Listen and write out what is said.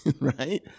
right